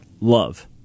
Love